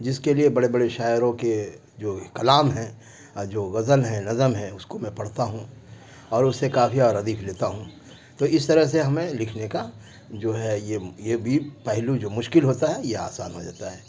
جس کے لیے بڑے بڑے شاعروں کے جو کلام ہیں اور جو غزل ہیں نظم ہیں اس کو میں پڑھتا ہوں اور اس سے قافیہ اور ردیف لیتا ہوں تو اس طرح سے ہمیں لکھنے کا جو ہے یہ یہ بھی پہلو جو مشکل ہوتا ہے یہ آسان ہو جاتا ہے